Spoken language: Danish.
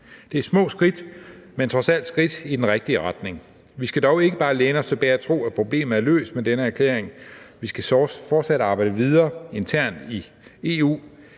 Det er små skridt, men trods alt skridt i den rigtige retning. Vi skal dog ikke bare læne os tilbage og tro, at problemet er løst med denne erklæring; vi skal fortsat arbejde videre internt i EU